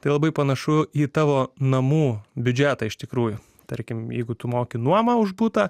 tai labai panašu į tavo namo biudžetą iš tikrųjų tarkim jeigu tu moki nuomą už butą